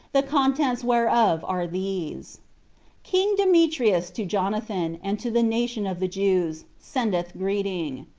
the contents whereof are these king demetrius to jonathan, and to the nation of the jews, sendeth greeting.